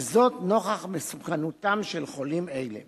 וזאת נוכח מסוכנותם של חולים אלה.